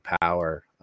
power